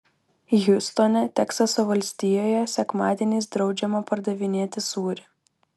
hjustone teksaso valstijoje sekmadieniais draudžiama pardavinėti sūrį